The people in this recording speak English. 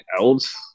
else